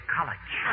College